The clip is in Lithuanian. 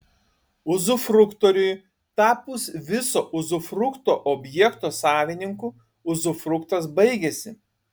uzufruktoriui tapus viso uzufrukto objekto savininku uzufruktas baigiasi